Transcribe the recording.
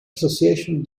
association